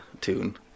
tune